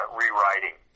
rewriting